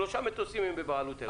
שלושה מטוסים הם בבעלות אל על.